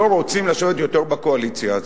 לא רוצים לשבת יותר בקואליציה הזאת,